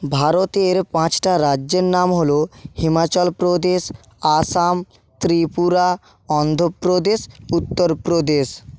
ভারতের পাঁচটা রাজ্যের নাম হল হিমাচলপ্রদেশ আসাম ত্রিপুরা অন্ধ্রপ্রদেশ উত্তরপ্রদেশ